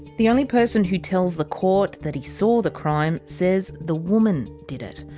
the only person who tells the court that he saw the crime, says the woman did it.